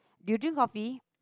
you drink kopi